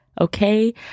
okay